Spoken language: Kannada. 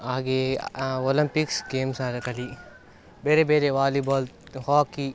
ಹಾಗೆಯೇ ಒಲಂಪಿಕ್ಸ್ ಗೇಮ್ಸ್ ಆಗಲಿ ಬೇರೆ ಬೇರೆ ವಾಲಿಬಾಲ್ ಹಾಕಿ